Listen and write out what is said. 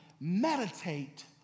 meditate